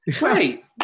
Right